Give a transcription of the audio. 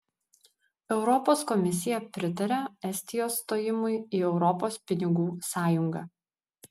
europos komisija pritaria estijos stojimui į europos pinigų sąjungą